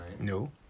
No